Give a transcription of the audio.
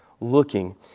looking